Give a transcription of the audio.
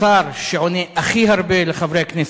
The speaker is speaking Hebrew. השר שעונה הכי הרבה לחברי הכנסת,